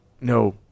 No